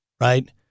right